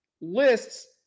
lists